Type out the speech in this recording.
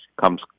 comes